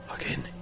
Again